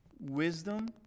wisdom